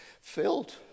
filled